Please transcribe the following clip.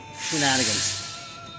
Shenanigans